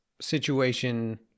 situation